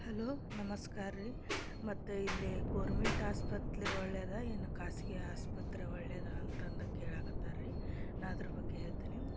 hello ನಮಸ್ಕಾರ ರೀ ಮತ್ತು ಇಲ್ಲಿ ಗೌರ್ಮೆಂಟ್ ಆಸ್ಪತ್ರೆ ಒಳ್ಳೆಯದಾ ಏನು ಖಾಸ್ಗಿ ಆಸ್ಪತ್ರೆ ಒಳ್ಳೆಯದಾ ಅಂತಂದು ಕೆಳಕತ್ತಾರ್ರೀ ನಾ ಅದ್ರ ಬಗ್ಗೆ ಹೇಳ್ತೀನಿ